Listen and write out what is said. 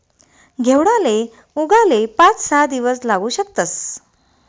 घेवडाले उगाले पाच सहा दिवस लागू शकतस